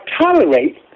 tolerate